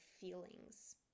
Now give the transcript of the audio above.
feelings